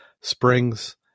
springs